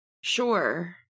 Sure